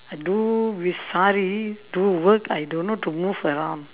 I do with sari do work I don't know to move around